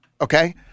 okay